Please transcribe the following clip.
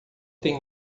tem